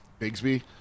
Bigsby